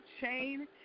chain